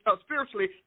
spiritually